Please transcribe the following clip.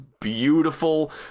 beautiful